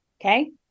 okay